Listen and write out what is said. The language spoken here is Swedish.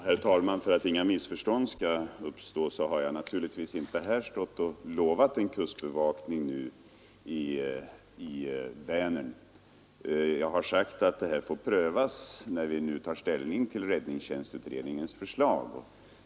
Herr talman! För att inga missförstånd skall uppstå vill jag påpeka att jag naturligtvis inte har stått här och lovat en kustbevakning i Vänern. Jag har sagt att frågan får prövas när vi tar ställning till räddningstjänstutredningens förslag.